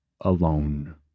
alone